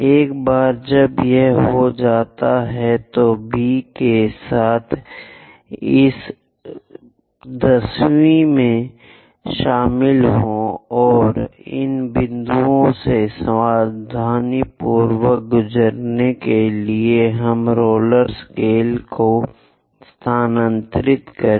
एक बार जब यह हो जाता है तो B के साथ इस 10 वीं में शामिल हों और इन बिंदुओं से सावधानीपूर्वक गुजरने के लिए हमारे रोलर स्केल को स्थानांतरित करें